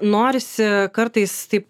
norisi kartais taip